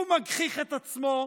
הוא מגחיך את עצמו,